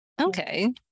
Okay